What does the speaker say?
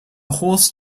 horse